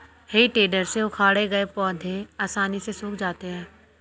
हेइ टेडर से उखाड़े गए पौधे आसानी से सूख जाते हैं